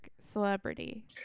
celebrity